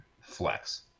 flex